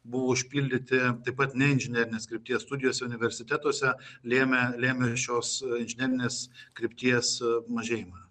buvo užpildyti taip pat neinžinerinės krypties studijos universitetuose lėmė lėmė šios inžinerinės krypties mažėjimą